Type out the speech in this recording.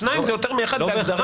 שניים זה יותר מאחד בהגדרה.